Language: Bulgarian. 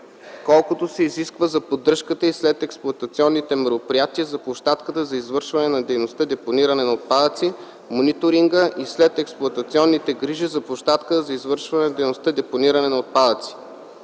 колкото се изисква за поддръжката и следексплоатационните мероприятия за площадката за извършване на дейността депониране на отпадъци, мониторинга и следексплоатационните грижи за площадката за извършване на дейността депониране на отпадъци.